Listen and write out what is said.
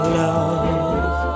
love